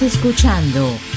Escuchando